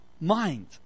mind